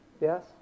Yes